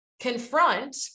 confront